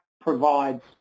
provides